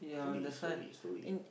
slowly slowly slowly